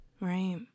Right